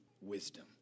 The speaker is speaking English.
wisdom